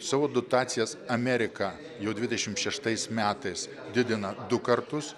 savo dotacijas amerika jau dvidešimt šeštais metais didina du kartus